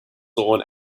dawn